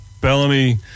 Bellamy